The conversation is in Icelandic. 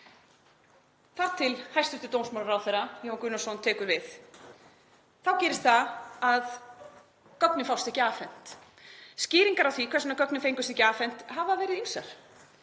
Þar til hæstv. dómsmálaráðherra Jón Gunnarsson tekur við. Þá gerist það að gögnin fást ekki afhent. Skýringar á því hvers vegna gögnin fengust ekki afhent hafa verið ýmsar.